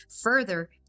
Further